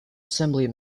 assembly